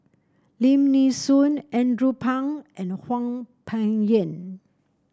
Lim Nee Soon Andrew Phang and Hwang Peng Yuan